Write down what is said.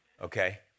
okay